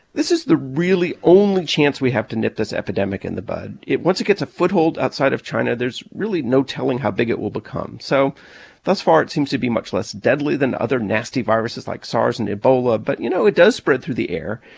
this is the, really, only chance we have to nip this epidemic in the bud. it once it gets a foothold outside of china, there's really no telling how big it will become. so thus far, it seems to be much less deadly than other nasty viruses like sars and ebola. but, you know, it does spread through the air.